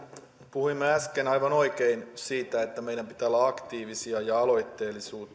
puhuimme äsken aivan oikein siitä että meidän pitää olla aktiivisia ja aloitteellisia